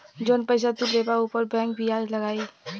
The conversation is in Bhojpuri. जौन पइसा तू लेबा ऊपर बैंक बियाज लगाई